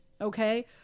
okay